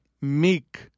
meek